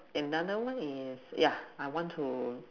and another one is yeah I want to